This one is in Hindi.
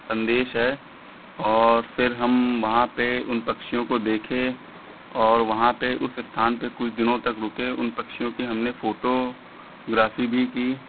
संदेश है और फ़िर हम वहाँ पे उन पक्षियों को देखें और वहाँ पर उस स्थान पर कुछ दिनों तक रुके उन पक्षियों की हमने फ़ोटोग्राफी भी की